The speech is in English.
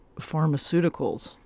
pharmaceuticals